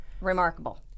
Remarkable